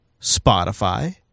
Spotify